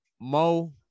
Mo